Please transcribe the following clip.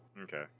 Okay